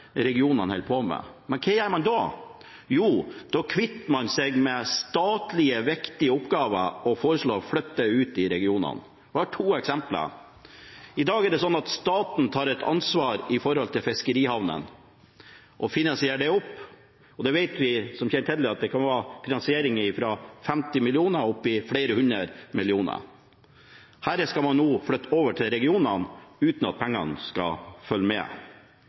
regionene skal holde på med. Men hva gjør man da? Jo, da kvitter man seg med statlige, viktige oppgaver og foreslår å flytte dem ut i regionene. Bare to eksempler: I dag er det sånn at staten tar ansvar for fiskerihavnene og finansierer dem. Det vet vi som kjenner til det, at det kan være finansiering fra 50 millioner kroner og opp til flere hundre millioner kroner. Dette skal man nå flytte over til regionene, uten at pengene følger med.